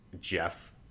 Jeff